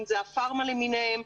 אם זה הפארמה למיניהם,